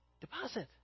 deposit